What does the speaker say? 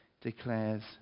declares